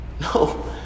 No